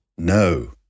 No